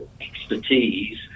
expertise